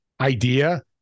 idea